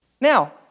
Now